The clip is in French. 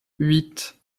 huit